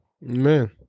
Man